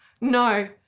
No